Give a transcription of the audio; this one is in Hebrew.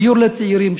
דיור לצעירים,